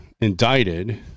indicted